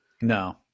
No